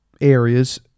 areas